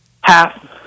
Half